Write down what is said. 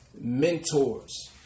mentors